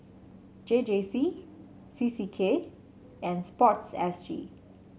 J J C C C K and sport S G